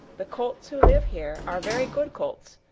the colts who live here are very good colts,